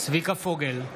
צביקה פוגל,